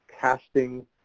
casting